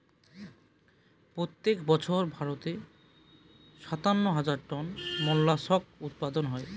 প্রত্যেক বছর ভারতে সাতান্ন হাজার টন মোল্লাসকস উৎপাদন হয়